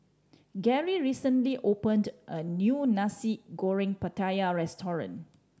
Gerry recently opened a new Nasi Goreng Pattaya restaurant